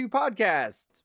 podcast